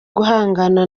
guhangana